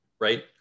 Right